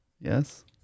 Yes